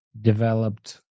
developed